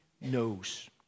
knows